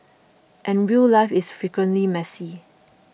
and real life is frequently messy